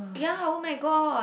ya oh-my-god